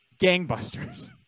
gangbusters